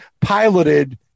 piloted